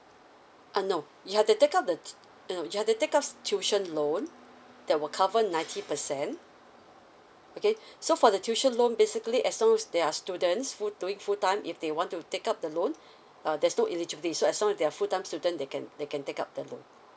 uh no you have to take up the uh no you have to take up tuition loan that will cover ninety percent okay so for the tuition loan basically as long as there are students who doing full time if they want to take out the loan uh there's no eligibility so as long as they're full time student they can they can take up the loan